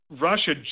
Russia